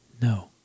No